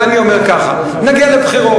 דני אומר ככה, נגיע לבחירות.